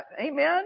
Amen